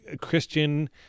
Christian